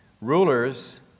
Rulers